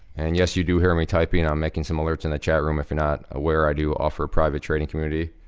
and, yes, you do hear me typing, i'm making some alerts in the chat room, if you're not aware i do offer a private trading community.